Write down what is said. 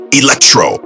electro